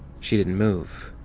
she didn't move.